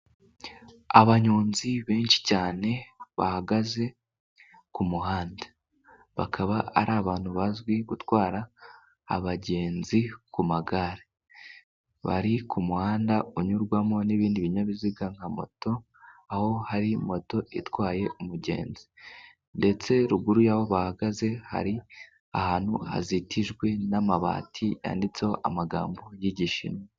Abanyonzi benshi cyane bahagaze ku muhanda, bakaba ari abantu bazwi gutwara abagenzi ku magare. Bari ku muhanda unyurwamo n'ibindi binyabiziga nka moto, aho hari moto itwaye umugenzi, ndetse ruguru y'aho bahagaze hari ahantu hazitijwe n'amabati, yanditseho amagambo y'igishinwa.